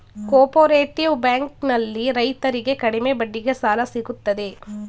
cooperative bank ನಲ್ಲಿ ರೈತರಿಗೆ ಕಡಿಮೆ ಬಡ್ಡಿಗೆ ಸಾಲ ಸಿಗುತ್ತದೆ